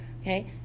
Okay